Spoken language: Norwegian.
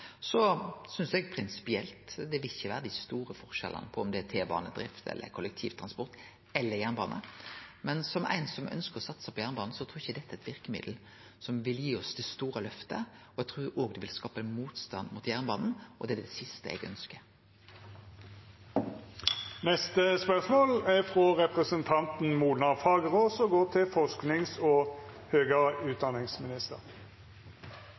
Så synest eg prinsipielt at det vil ikkje vere dei store forskjellane på om det er T-banedrift, kollektivtransport eller jernbane, men som ein som ønskjer å satse på jernbane, trur eg ikkje dette er eit verkemiddel som vil gi oss det store løftet. Eg trur òg det vil skape ein motstand mot jernbanen, og det er det siste eg ønskjer. Dette spørsmålet er trekt tilbake. «Årets helse- og trivselsundersøkelse blant norske studenter viser at 45 pst. sliter psykisk og